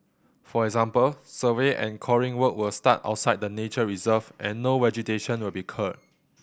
for example survey and coring work will start outside the nature reserve and no vegetation will be cleared